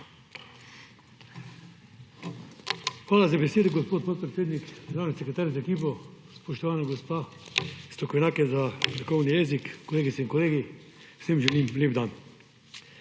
Hvala za besedo, gospod podpredsednik. Državni sekretar z ekipo, spoštovana gospa strokovnjakinja za znakovni jezik, kolegice in kolegi, vsem želim lep dan!